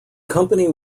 company